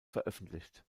veröffentlicht